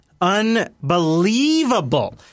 unbelievable